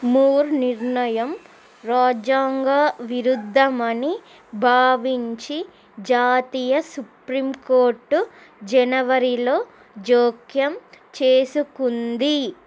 మూర్ నిర్ణయం రాజ్యాంగ విరుద్ధమని భావించి జాతీయ సుప్రీం కోర్టు జనవరిలో జోక్యం చేసుకుంది